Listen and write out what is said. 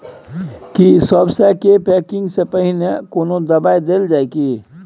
की सबसे के पैकिंग स पहिने कोनो दबाई देल जाव की?